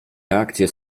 reakcje